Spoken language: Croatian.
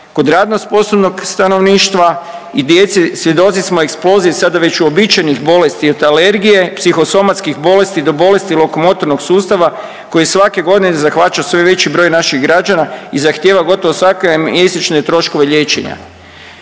Kod radno sposobnog stanovništva i djece svjedoci smo eksplozije sada već uobičajenih bolesti od alergije, psihosomatskih bolesti do bolesti lokomotornog sustava koji svake godine zahvaća sve veći broj naših građana i zahtjeva gotovo svake mjesečne troškove liječenja.